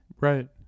Right